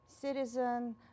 citizen